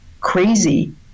crazy